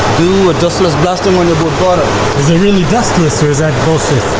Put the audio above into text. do a dustless blasting one the boat bottom. is it really dustless or is that bullshit?